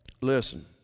Listen